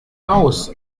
aus